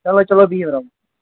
چلو چلو بِہِو